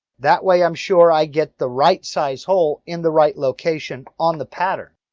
that way i'm sure i get the right size hole in the right location on the pattern.